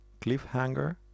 Cliffhanger